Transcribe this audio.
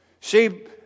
See